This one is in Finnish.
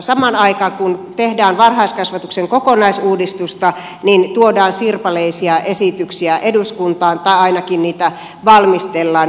samaan aikaan kun tehdään varhaiskasvatuksen kokonaisuudistusta tuodaan sirpaleisia esityksiä eduskuntaan tai ainakin niitä valmistellaan